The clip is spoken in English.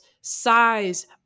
size